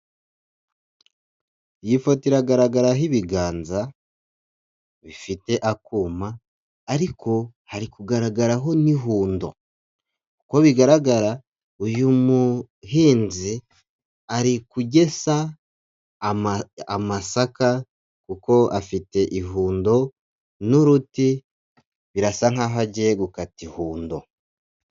Iyi foto iragaragaraho ibiganza bifite akuma ariko hari kugaragaraho n'ihundo. Uko bigaragara uyu muhinzi ari kugesa amasaka kuko afite ihundo n'uruti birasa nk'aho agiye gukata ihundo.